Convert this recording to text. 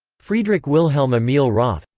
friedrich wilhelm emil roth,